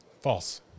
False